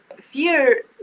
fear